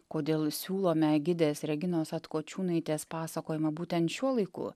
kodėl siūlome gidės reginos atkočiūnaitės pasakojimą būtent šiuo laiku